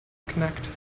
connect